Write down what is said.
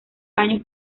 años